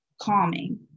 calming